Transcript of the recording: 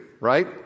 right